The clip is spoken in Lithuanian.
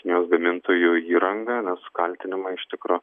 jos gamintojų įranga nes kaltinimai iš tikro